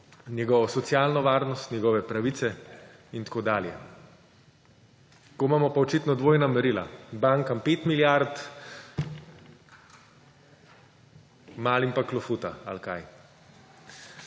njegovo socialno varnost, njegove pravice in tako dalje. Tako imamo pa očitno dvojna merila; bankam 5 milijard, malim pa klofuta – ali kaj?